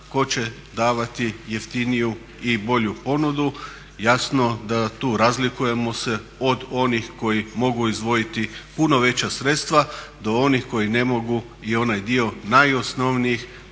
tko će davati jeftiniju i bolju ponudu. Jasno da tu razlikujemo se od onih koji mogu izdvojiti puno veća sredstva do onih koji ne mogu i onaj dio najosnovnijih